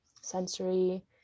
sensory